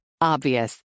Obvious